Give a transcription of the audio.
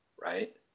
right